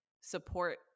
support